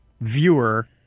viewer